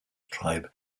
tribe